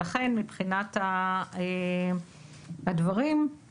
לכן, מבחינת הדברים, זו תוספת של תשעה מכשירים.